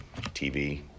TV